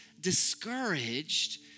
discouraged